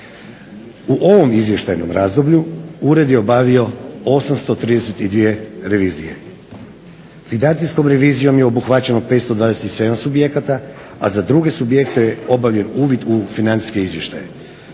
U ovom izvještajnom razdoblju Ured je obavio 832 revizije. Financijskom revizijom je obuhvaćeno 527 subjekata, a za druge subjekte obavljen je uvid u financijske izvještaje.